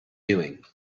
doing